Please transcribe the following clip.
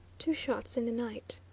two shots in the night